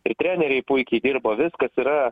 ir treneriai puikiai dirba viskas yra